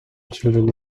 children